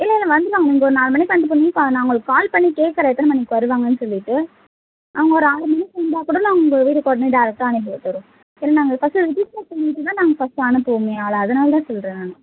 இல்லை இல்லை வந்துடுவாங்க நீங்கள் ஒரு நாலு மணிக்கு அஞ்சு மணிக்கு நான் அவர்களுக்கு கால் பண்ணி கேட்கறேன் எத்தனை மணிக்கு வருவாங்கன்னு சொல்லிவிட்டு அவங்க ஒரு ஆறு மணிக்கு வந்தால்கூட நான் உங்கள் வீடுக்கு உடனே டேரெக்ட்டாக அனுப்பி விட்டுடறேன் சரி நாங்கள் ஃபஸ்ட்டு ரிஜிஸ்டர் பண்ணிவிட்டு தான் நாங்கள் ஃபஸ்ட்டு அனுப்புவோம் ஆளை அதனால் தான் சொல்கிறேன் நான்